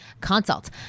consult